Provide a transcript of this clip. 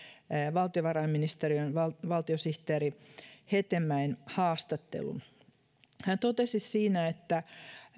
valtiovarainministeriön valtiosihteeri hetemäen haastattelun hän totesi siinä että